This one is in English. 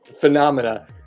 phenomena